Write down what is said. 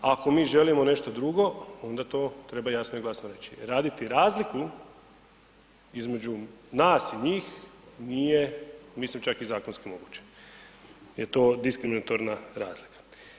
Ako mi želimo nešto drugo onda to treba jasno i glasno reći, raditi razliku između nas i njih nije mislim čak i zakonski moguće jer je to diskriminatorna razlika.